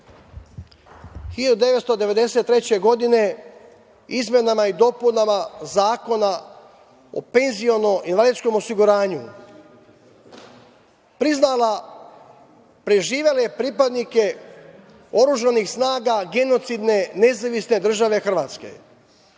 1993. godine, izmenama i dopunama Zakona o penziono-invalidskom osiguranju, priznala preživele pripadnike oružanih snaga genocidne Nezavisne države Hrvatske.